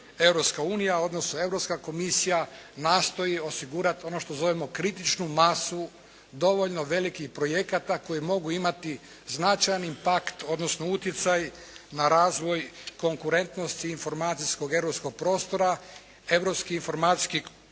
Europska unija, odnosno Europska komisija nastoji osigurati ono što zovemo kritičnu masu dovoljno velikih projekata koji mogu imati značajni pakt, odnosno utjecaj na razvoj konkurentnosti informacijskog europskog prostora, europskih informacijskih